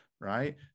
Right